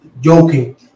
joking